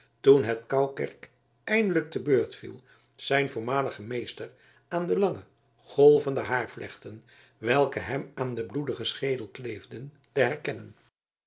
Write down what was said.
toen het koukerk eindelijk te beurt viel zijn voormaligen meester aan de lange golvende haarvlechten welke hem aan den bloedigen schedel kleefden te herkennen